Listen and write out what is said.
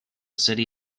city